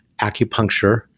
acupuncture